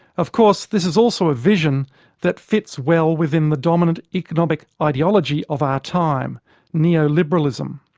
of course, this is also a vision that fits well within the dominant economic ideology of our time neoliberalism.